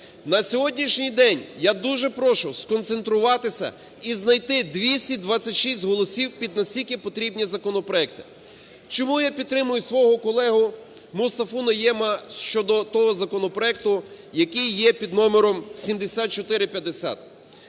На сьогоднішній день, я дуже прошу сконцентруватися і знайти 226 голосів під настільки потрібні законопроекти. Чому я підтримую свого колегу Мустафу Найєма щодо того законопроекту, який є під номером 7450.